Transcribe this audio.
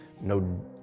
no